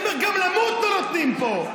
אני אומר, גם למות לא נותנים פה.